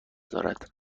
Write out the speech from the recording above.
دارد